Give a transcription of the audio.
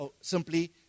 simply